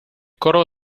coro